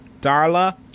Darla